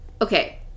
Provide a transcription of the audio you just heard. Okay